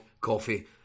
coffee